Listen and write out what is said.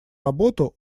работу